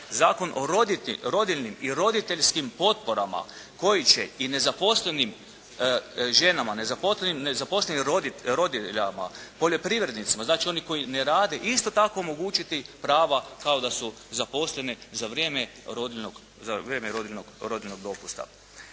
Zakon o rodiljnim i roditeljskim potporama koji će i nezaposlenim ženama, nezaposlenim rodiljama, poljoprivrednicama znači oni koji ne rade isto tako omogućiti prava kao da su zaposlene za vrijeme rodiljnog dopusta.